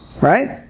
right